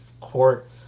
court